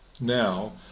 now